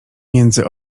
między